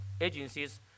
agencies